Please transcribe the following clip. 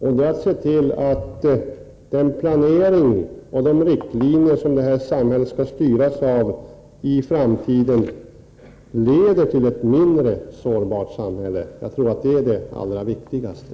Det gäller att se till att den planering och de riktlinjer som samhället skall styras av i framtiden leder till ett mindre sårbart samhälle. Jag tror att detta är det allra viktigaste.